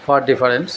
far difference